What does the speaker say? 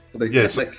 Yes